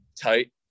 tight